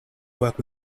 work